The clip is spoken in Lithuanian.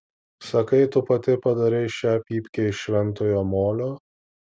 sakai tu pati padarei šią pypkę iš šventojo molio